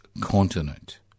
continent